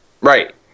right